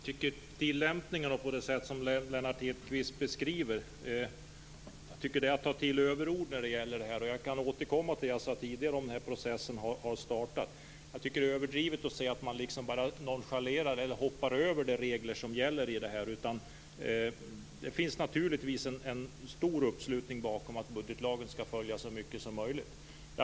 Herr talman! Jag tycker att Lennart Hedquist tar till överord när han beskriver tillämpningarna. Jag kan återkomma till vad jag sade tidigare om tidpunkten då processen startade. Det är överdrivet att säga att regeringen nonchalerar eller hoppar över de regler som gäller. Det finns naturligtvis en stor uppslutning bakom åsikten att budgetlagen skall följas så mycket som möjligt.